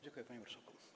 Dziękuję, panie marszałku.